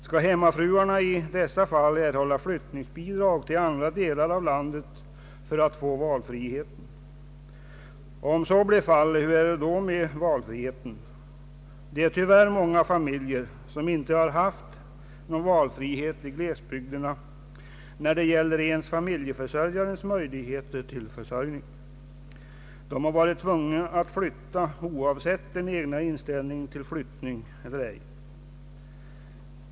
Skall hemmafruarna i dessa fall erhålla flyttningsbidrag för att flytta till andra delar av landet så att de kan få denna valfrihet? Om så blir fallet, hur är det då med valfriheten? Det är tyvärr familjer som inte har haft någon valfrihet i glesbygderna ens när det gällt familjeförsörjarens möjlighet till försörjning. De har varit tvungna att flytta, oavsett den egna inställningen till flyttning.